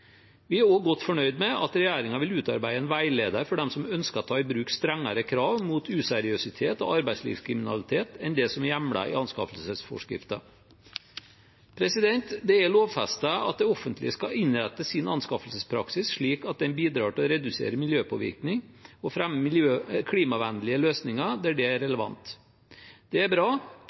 Vi er også godt fornøyd med at regjeringen vil utarbeide en veileder for dem som ønsker å ta i bruk strengere krav mot useriøsitet og arbeidslivskriminalitet enn det som er hjemlet i anskaffelsesforskriften. Det er lovfestet at det offentlige skal innrette sin anskaffelsespraksis slik at den bidrar til å redusere miljøpåvirkning og fremme klimavennlige løsninger der det er relevant. Det er bra,